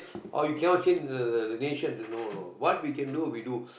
oh you cannot change the the the nation no no no what we can do we do